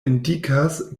indikas